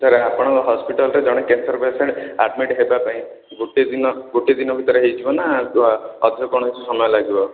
sir ଆପଣ ହସ୍ପିଟାଲ୍ରେ ଜଣେ କ୍ୟାନସର ପେସେଣ୍ଟ୍ ଆଡ଼ମିଟ୍ ହେବା ପାଇଁ ଗୋଟେ ଦିନ ଗୋଟେ ଦିନ ଭିତରେ ହେଇଯିବ ନାଁ ଅଧିକ କ'ଣ ସମୟ ଲାଗିବ